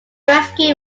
rescue